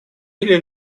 или